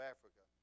Africa